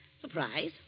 Surprise